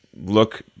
look